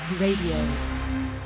Radio